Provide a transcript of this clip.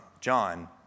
John